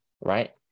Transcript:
Right